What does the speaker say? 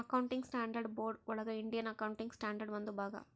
accounting standards board ಒಳಗ Indian accounting standard ಒಂದು ಭಾಗ